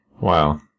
Wow